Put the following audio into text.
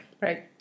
Right